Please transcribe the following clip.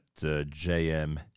JM